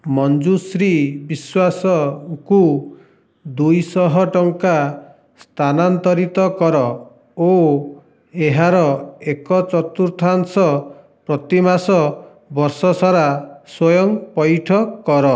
ମଞ୍ଜୁଶ୍ରୀ ବିଶ୍ୱାସଙ୍କୁ ଦୁଇଶହ ଟଙ୍କା ସ୍ଥାନାନ୍ତରିତ କର ଓ ଏହାର ଏକ ଚତୁର୍ଥାଂଶ ପ୍ରତିମାସ ବର୍ଷ ସାରା ସ୍ଵୟଂ ପଇଠ କର